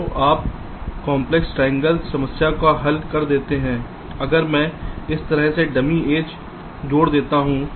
तो आप complex triangle समस्या को हल कर देते हैं अगर मैं इस तरह से डमी एज जोड़ देता हूं